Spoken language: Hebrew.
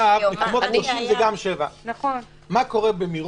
שמורת טבע זה גם 7. זה גם 7. מקומות קדושים זה גם 7. מה קורה במירון,